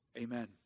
amen